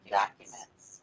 documents